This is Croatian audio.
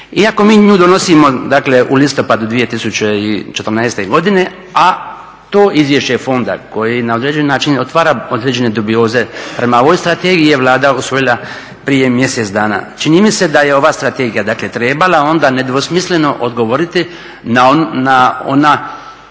Iako mi nju donosimo u listopadu 2014. godine, a to izvješće fonda koje na određeni način otvara određene dubioze prema ovoj strategiji je Vlada usvojila prije mjesec dana, čini mi se da je ova strategija dakle trebala onda nedvosmisleno odgovoriti na one